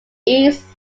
east